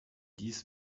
dies